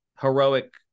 heroic